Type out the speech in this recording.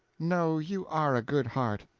no, you are a good heart.